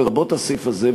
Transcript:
לרבות הסעיף הזה,